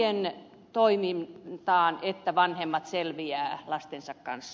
arjen toimintaan niin että vanhemmat selviävät lastensa kanssa